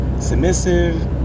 submissive